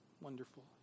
Wonderful